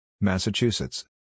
Massachusetts